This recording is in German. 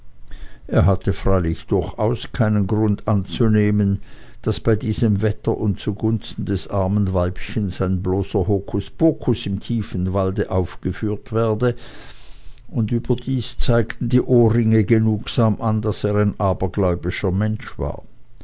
er hatte freilich durchaus keinen grund anzunehmen daß bei diesem wetter und zugunsten des armen weibchens ein bloßer hokuspokus im tiefen walde aufgeführt werde und überdies zeigten die ohrringe genugsam an daß er ein abergläubischer mensch war